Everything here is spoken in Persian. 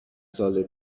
سال